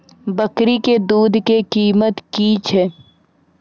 बकरी के दूध के कीमत की छै?